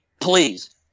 Please